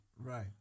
Right